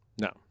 No